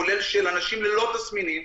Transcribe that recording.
כולל של אנשים ללא תסמינים,